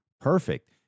perfect